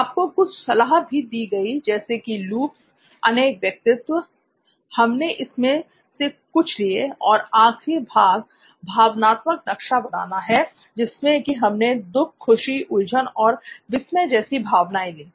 आपको कुछ सलाह भी दी गई जैसे कि लूप्स अनेक व्यक्तित्व हमने इनमें से कुछ किए और आखरी भाग भावनात्मक नक्शा बनाना है जिसमें कि हमने दुख खुशी उलझन और विस्मय जैसी भावनाएं ली